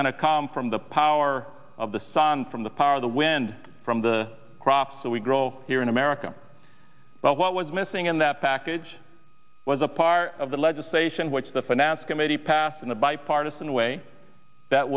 to come from the power of the sun from the power of the wind from the crops that we grow here in america but what was missing in that package was a part of the legislation which the finance committee passed in a bipartisan way that